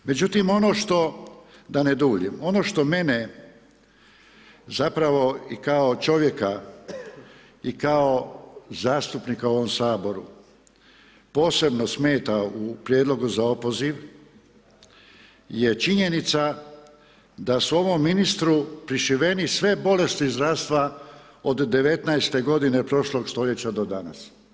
Međutim, ono što, da ne duljim, ono što mene zapravo i kao čovjeka i kao zastupnika u ovom Saboru, posebno smeta u prijedlogu za opoziv, je činjenica da su ovom ministru prišiveni sve bolesti zdravstva od '19. g. prošlog stoljeća do danas.